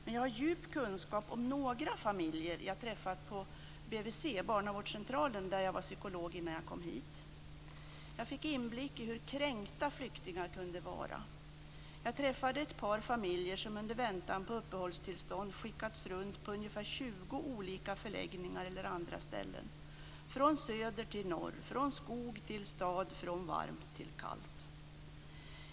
Men jag har djup kunskap om några familjer som jag har träffat på barnavårdscentralen där jag var psykolog innan jag kom hit. Jag fick inblick i hur kränkta flyktingar kunde vara. Jag träffade ett par familjer som under väntan på uppehållstillsånd skickats runt på ungefär 20 olika förläggningar eller andra ställen - från söder till norr, från skog till stad och från varmt till kallt.